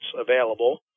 available